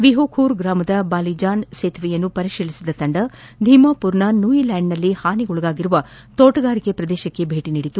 ವಿಹೋಖೂರ್ ಗ್ರಾಮದ ಬಾಲಿಜಾನ್ ಸೇತುವೆಯನ್ನು ಪರಿಶೀಲಿಸಿದ ತಂಡ ಧಿಮಾಪುರ್ನ ನೂಯಿಲ್ಲಾಂಡ್ನಲ್ಲಿ ಹಾನಿಗೀಡಾಗಿರುವ ತೋಟಗಾರಿಕಾ ಪ್ರದೇಶಕ್ಕೂ ಭೇಟ ನೀಡಿತ್ತು